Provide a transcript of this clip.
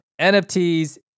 NFTs